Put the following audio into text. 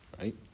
right